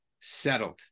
settled